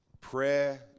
prayer